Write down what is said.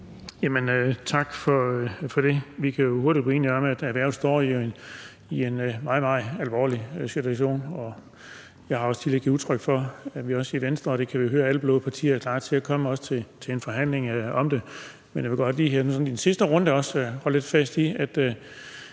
Tak for det. Vi kan jo hurtigt blive enige om, at erhvervet står i en meget, meget alvorlig situation. Jeg har også tidligere givet udtryk for, at vi også i Venstre – og det kan vi høre gælder alle blå partier – er klar til at komme til en forhandling om det. Men jeg vil godt lige her i den sidste runde